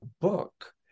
book